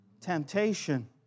temptation